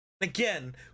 again